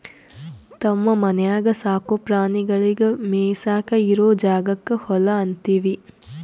ತಮ್ಮ ಮನ್ಯಾಗ್ ಸಾಕೋ ಪ್ರಾಣಿಗಳಿಗ್ ಮೇಯಿಸಾಕ್ ಇರೋ ಜಾಗಕ್ಕ್ ಹೊಲಾ ಅಂತೀವಿ